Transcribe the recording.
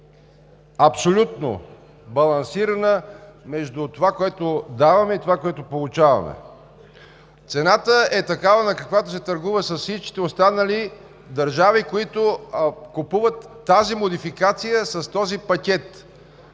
абсолютно балансирана между това, което даваме, и това, което получаваме. Цената е такава, на която се търгува с всички останали държави, които купуват тази модификация, с този пакет